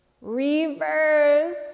Reverse